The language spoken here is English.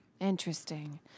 Interesting